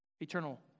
Eternal